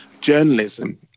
journalism